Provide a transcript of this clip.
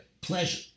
pleasure